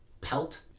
pelt